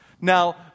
Now